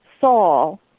Saul